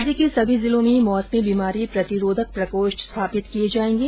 राज्य के सभी जिलों में मौसमी बीमारी प्रतिरोधक प्रकोष्ठ स्थापित किये जायेंगे